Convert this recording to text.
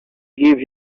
give